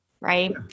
right